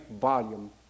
volume